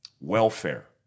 welfare